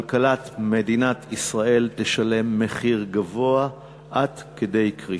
כלכלת מדינת ישראל תשלם מחיר גבוה עד כדי קריסה.